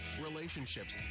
relationships